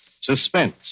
Suspense